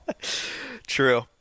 True